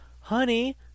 honey